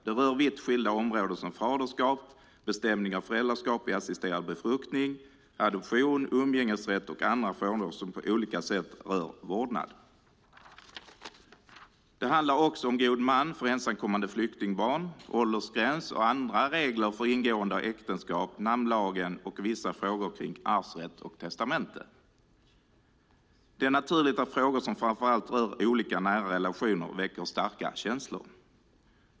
De rör vitt skilda områden som faderskap, bestämningen av föräldraskap vid assisterad befruktning, adoption, umgängesrätt och andra frågor som på olika sätt rör vårdnad. Det handlar också om god man för ensamkommande flyktingbarn, åldersgräns och andra regler för ingående av äktenskap, namnlagen och vissa frågor kring arvsrätt och testamente. Det är naturligt att frågor som framför allt rör olika nära relationer väcker starka känslor.